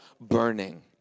burning